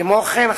כמו כן,